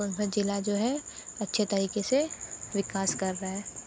सोनभद्र ज़िला जो हैं अच्छे तरीके से विकास कर रहा है